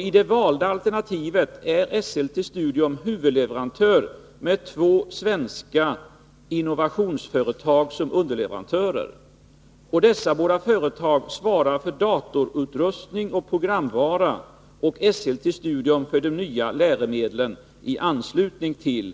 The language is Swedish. I det valda alternativet är Esselte Studium huvudleverantör med två svenska innovationsföretag som underleverantörer. Dessa båda företag svarar för datorutrustning och programvara och Esselte Studium för de nya läromedlen i anslutning till